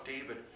David